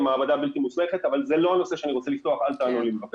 זאת מעבדה בלתי מוסמכת אבל זה לא הנושא שאני רוצה לדבר עליו ולכן בבקשה,